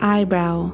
Eyebrow